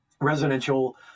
residential